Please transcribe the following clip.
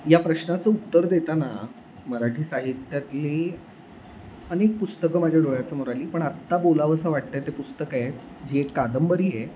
या प्रश्नाचं उत्तर देताना मराठी साहित्यातली अनेक पुस्तकं माझ्या डोळ्यासमोर आली पण आत्ता बोलावंसं वाटत आहे ते पुस्तक आहे जी एक कादंबरी आहे